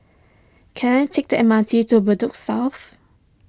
can I take the M R T to Bedok South